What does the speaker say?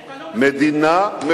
אתה לא מסכים, מדינה מפורזת.